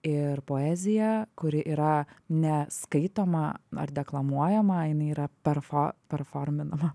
ir poezija kuri yra ne skaitoma ar deklamuojama jinai yra perfo performinama